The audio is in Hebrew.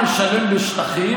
אז אתה משלם בשטחים,